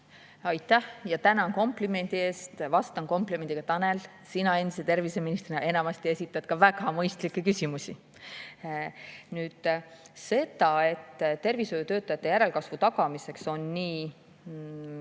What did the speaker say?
Aitäh! Tänan komplimendi eest, vastan komplimendiga: Tanel, sina endise terviseministrina esitad enamasti ka väga mõistlikke küsimusi. Nüüd, tervishoiutöötajate järelkasvu tagamiseks on nii